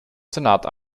senat